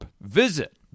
Visit